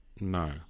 no